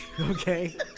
Okay